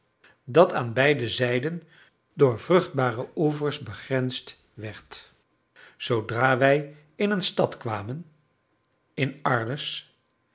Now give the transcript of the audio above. dat aan beide zijden door vruchtbare oevers begrensd werd zoodra wij in een stad kwamen in arles